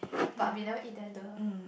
but we never eat there duh